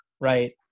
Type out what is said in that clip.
right